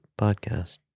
podcast